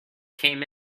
came